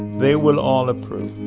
they will all approve.